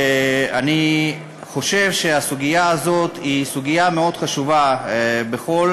אני חושב שהסוגיה הזאת היא סוגיה מאוד חשובה בכל